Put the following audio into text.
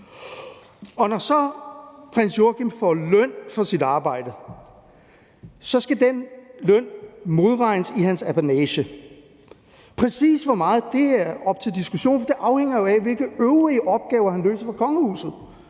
og når så prins Joachim får løn for sit arbejde, så skal den løn modregnes i hans apanage. Præcis hvor meget det er, kan diskuteres, for det afhænger jo af, hvilke øvrige opgaver han løser for kongehuset.